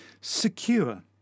Secure